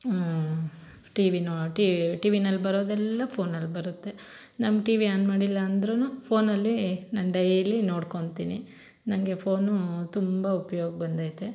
T V no T V T ವಿನಲ್ಲಿ ಬರೋದೆಲ್ಲ ಫೋನಲ್ಲಿ ಬರುತ್ತೆ ನಮ್ಮ ಟಿ ವಿ ಆನ್ ಮಾಡಿಲ್ಲಾಂದ್ರು ಫೋನಲ್ಲಿ ನಾನು ಡೈಲಿ ನೋಡ್ಕೊತಿನಿ ನನಗೆ ಫೋನು ತುಂಬ ಉಪ್ಯೋಗ ಬಂದೈತೆ